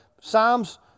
Psalms